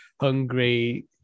hungry